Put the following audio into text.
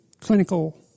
clinical